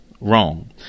wrong